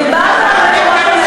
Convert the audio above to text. דיברת על מקורות המחאה,